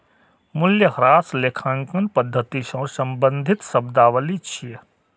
मूल्यह्रास लेखांकन पद्धति सं संबंधित शब्दावली छियै